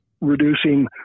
reducing